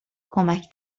کمک